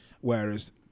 Whereas